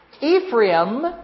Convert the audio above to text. Ephraim